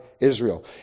Israel